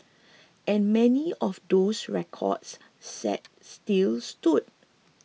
and many of those records set still stood